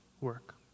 work